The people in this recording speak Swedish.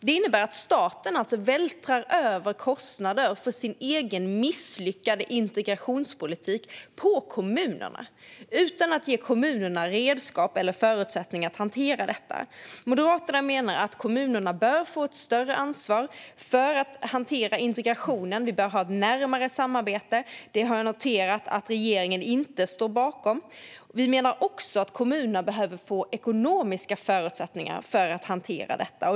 Det innebär att staten alltså vältrar över kostnader för sin egen misslyckade integrationspolitik på kommunerna utan att ge kommunerna redskap eller förutsättningar att hantera detta. Moderaterna menar att kommunerna bör få ett större ansvar för att hantera integrationen. Vi bör ha ett närmare samarbete. Detta har jag noterat att regeringen inte står bakom. Vi menar också att kommunerna behöver få ekonomiska förutsättningar för att hantera detta.